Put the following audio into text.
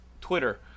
Twitter